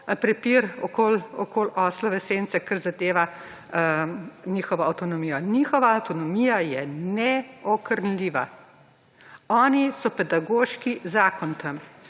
prepir okoli oslove sence kar zadeva njihovo avtonomijo. Njihova avtonomija je neokrnljiva. Oni so pedagoški zakon tam